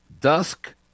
dusk